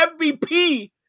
MVP